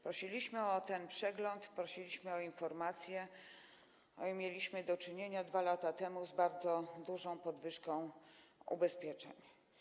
Prosiliśmy o ten przegląd, prosiliśmy o informację, mieliśmy do czynienia 2 lata temu z bardzo dużą podwyżką ubezpieczeń.